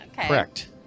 correct